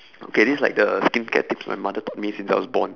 okay this like the skincare tips my mother taught me since I was born